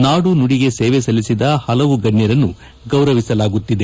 ನಾಡು ನುಡಿಗೆ ಸೇವೆ ಸಲ್ಲಿಸಿದ ಹಲವು ಗಣ್ಣರನ್ನು ಗೌರವಿಸಲಾಗುತ್ತಿದೆ